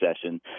session